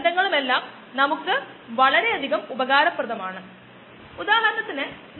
അതിനായി നമുക്ക് താല്പര്യം ഉള്ള ഓർഗാനിസം മാത്രം വായുവിൽ ഉണ്ടാകേണ്ട കാര്യമുള്ളൂ